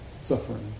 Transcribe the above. suffering